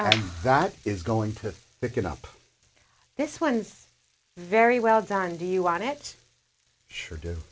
know that is going to pick it up this one's very well done do you want it sure do